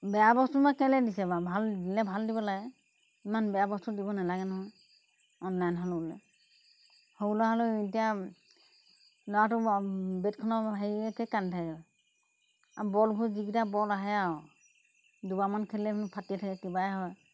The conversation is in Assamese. বেয়া বস্তু মই কেলে দিছে বাৰু ভাল দিলে ভাল দিব লাগে ইমান বেয়া বস্তু দিব নালাগে নহয় অনলাইন হ'ল বুলিয়ে সৰু ল'ৰা হ'লেও এতিয়া ল'ৰাটো বেটখনৰ হেৰিয়াতে কান্দি থাকে আৰু বলবোৰ যিকিটা বল আহে আৰু দুবাৰমান খেলিলে হেনো ফাটিয়ে থাকে কিবাই হয়